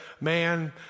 man